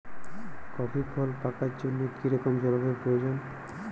Coffee ফল পাকার জন্য কী রকম জলবায়ু প্রয়োজন?